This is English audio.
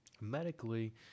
medically